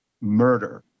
murder